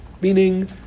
meaning